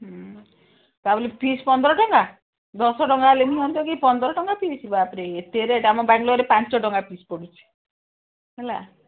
ହୁଁ ତା ବୋଲି ପିସ୍ ପନ୍ଦର ଟଙ୍କା ଦଶ ଟଙ୍କା ହେଲେ ହୁଅନ୍ତା କି ପନ୍ଦର ଟଙ୍କା ପିସ୍ ବାପରେ ଏତେ ରେଟ୍ ଆମ ବାଙ୍ଗାଲୋରରେ ପାଞ୍ଚ ଟଙ୍କା ପିସ୍ ପଡ଼ୁଛି ହେଲା